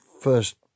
first